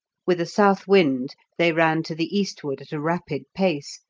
with a south wind they ran to the eastward at a rapid pace,